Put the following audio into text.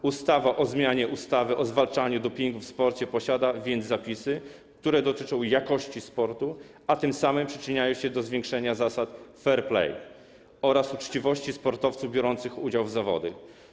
W ustawie o zmianie ustawy o zwalczaniu dopingu w sporcie są więc zapisy, które dotyczą jakości sportu, a tym samym przyczyniają się do zwiększenia zasad fair play oraz uczciwości sportowców biorących udział w zawodach.